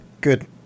good